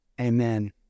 amen